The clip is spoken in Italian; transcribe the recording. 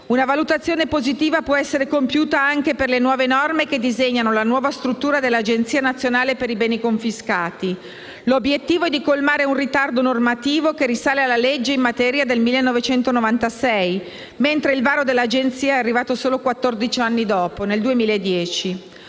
Una valutazione positiva può essere compiuta anche per le nuove norme che disegnano la nuova struttura dell'Agenzia nazionale per i beni confiscati. L'obiettivo è colmare un ritardo normativo che risale alla legge in materia del 1996, mentre il varo dell'Agenzia è arrivato solo quattordici anni dopo, nel 2010.